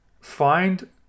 find